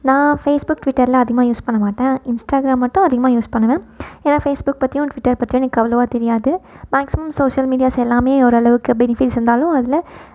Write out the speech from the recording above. நான் ஃபேஸ்புக் ட்விட்டர்லாம் அதிகமாக யூஸ் பண்ணமாட்டேன் இன்ஸ்டாகிராம் மட்டும் அதிகமாக யூஸ் பண்ணுவேன் ஏன்னா ஃபேஸ்புக் பற்றியும் ட்விட்டர் பற்றியும் எனக்கு அவ்வளவா தெரியாது மேக்ஸிமம் சோசியல் மீடியாஸ் எல்லாம் ஓரளவுக்கு பெனிஃபிட்ஸ் இருந்தாலும் அதில்